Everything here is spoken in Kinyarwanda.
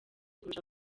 kurusha